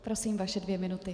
Prosím, vaše dvě minuty.